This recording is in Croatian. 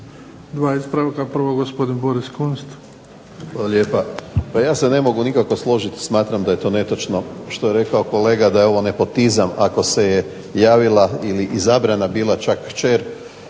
dva ispravka. Prvo gospodin Boris Kunst.